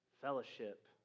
fellowship